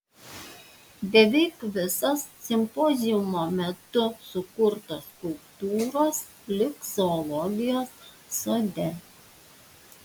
beveik visos simpoziumo metu sukurtos skulptūros liks zoologijos sode